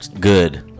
Good